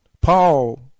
Paul